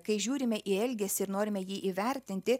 kai žiūrime į elgesį ir norime jį įvertinti